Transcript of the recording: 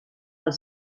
els